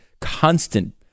constant